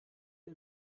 der